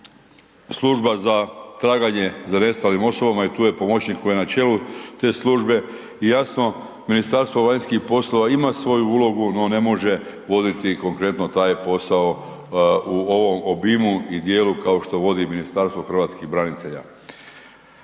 služba za traganje za nestalim osobama i tu je pomoćnik koji je na čelu te službe. I jasno Ministarstvo vanjskih poslova ima svoju ulogu no ne može voditi konkretno taj posao u ovom obimu i dijelu kao što vodi Ministarstvo hrvatskih branitelja.